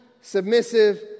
submissive